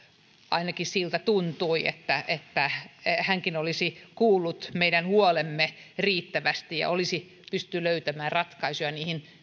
ainakin siltä tuntui jotta hänkin olisi kuullut meidän huolemme riittävästi ja olisi pystynyt löytämään ratkaisuja niihin